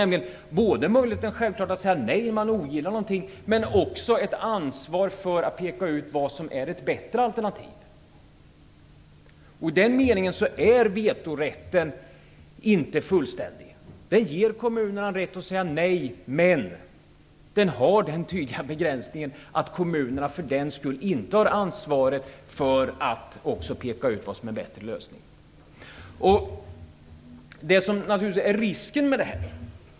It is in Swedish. Man måste ha möjlighet att säga nej om man ogillar någonting men också ett ansvar att peka ut vad som är ett bättre alternativ. I den meningen är vetorätten inte fullständig. Den ger kommunerna en rätt att säga nej, men den har den tydliga begränsningen att kommunerna för den skull inte har ansvaret att peka ut en bättre lösning. Det finns en risk med detta.